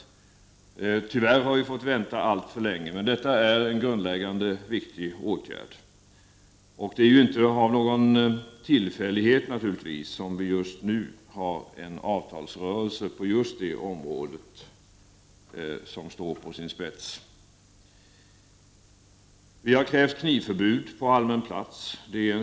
Tyvärr har vi fått vänta alltför länge på detta, men det är en grundläggande, viktig åtgärd. Det är ingen tillfällighet att vi just nu har en avtalsrörelse på det området, som står på sin spets. Vi har vidare krävt knivförbud på allmän plats.